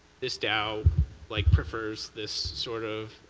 this dao like prefers this sort of